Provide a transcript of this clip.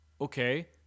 okay